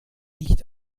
nicht